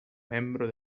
membro